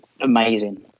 amazing